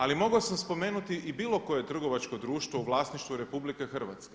Ali mogao sam spomenuti i bilo koje trgovačko društvo u vlasništvu RH.